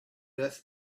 earth